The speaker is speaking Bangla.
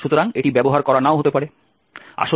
সুতরাং এটি ব্যবহার করা নাও হতে পারে